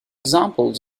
examples